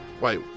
Wait